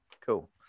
Cool